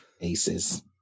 aces